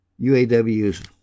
UAWs